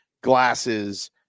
glasses